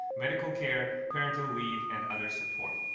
medical care, parental leave and other support.